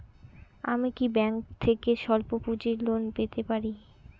আমি কি ব্যাংক থেকে স্বল্প পুঁজির লোন পেতে পারি?